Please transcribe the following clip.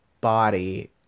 Body